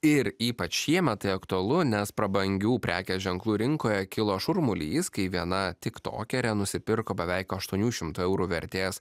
ir ypač šiemet tai aktualu nes prabangių prekės ženklų rinkoje kilo šurmulys kai viena tik tokerė nusipirko beveik aštuonių šimtų eurų vertės